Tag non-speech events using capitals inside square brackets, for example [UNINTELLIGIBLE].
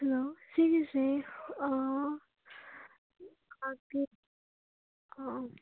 hello ꯁꯤꯒꯤꯁꯦ [UNINTELLIGIBLE] ꯑꯥ